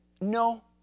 no